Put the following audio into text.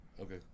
Okay